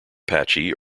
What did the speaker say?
patchy